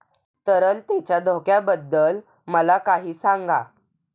तरलतेच्या धोक्याबद्दल मला काही सांगा